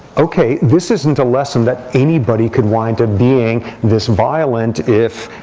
ok, this isn't a lesson that anybody could wind up being this violent if,